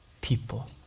people